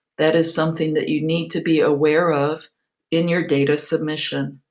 that is something that you need to be aware of in your data submission.